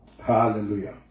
Hallelujah